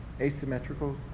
Asymmetrical